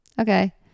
okay